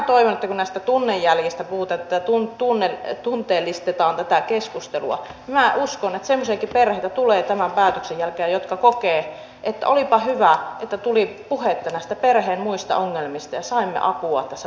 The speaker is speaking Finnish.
kun näistä tunnejäljistä puhutaan tunteellistetaan tätä keskustelua niin minä uskon että semmoisiakin perheitä tulee tämän päätöksen jälkeen jotka kokevat että olipa hyvä että tuli puhetta näistä perheen muista ongelmista ja saimme apua tässä tarveharkintakeskustelun yhteydessä